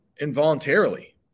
involuntarily